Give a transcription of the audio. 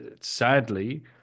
sadly